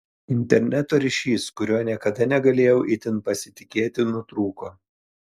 interneto ryšys kuriuo niekada negalėjau itin pasitikėti nutrūko